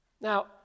Now